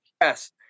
Yes